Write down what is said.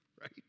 Right